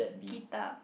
guitar